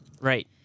Right